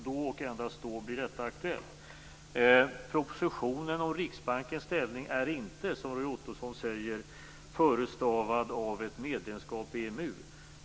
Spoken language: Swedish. Då och endast då blir detta aktuellt. Propositionen och Riksbankens ställning är inte, som Roy Ottosson säger, förestavade av ett medlemskap i EMU.